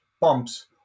pumps